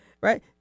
right